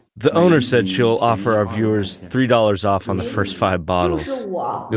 the owner said she will offer our viewers three dollars off on the first five bottles, um ah yeah